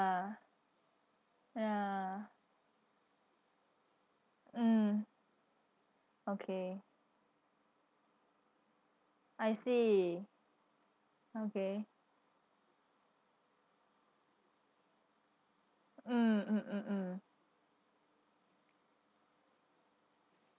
ya mm okay I see okay mm mm mm mm